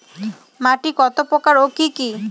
মাটি কতপ্রকার ও কি কী?